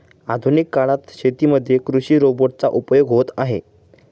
आधुनिक काळात शेतीमध्ये कृषि रोबोट चा उपयोग होत आहे